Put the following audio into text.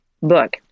book